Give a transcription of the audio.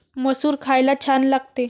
मसूर खायला छान लागते